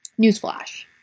newsflash